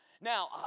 Now